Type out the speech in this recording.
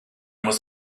muss